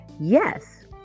yes